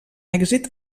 èxit